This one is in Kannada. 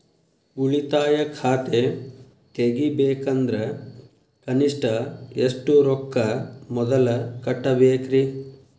ಉಳಿತಾಯ ಖಾತೆ ತೆಗಿಬೇಕಂದ್ರ ಕನಿಷ್ಟ ಎಷ್ಟು ರೊಕ್ಕ ಮೊದಲ ಕಟ್ಟಬೇಕ್ರಿ?